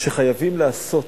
שחייבים לעשות